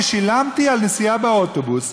אני שילמתי על נסיעה באוטובוס,